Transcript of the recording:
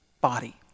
body